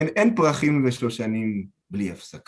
אין פרחים בשלוש שנים בלי הפסק.